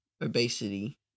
obesity